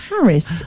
Paris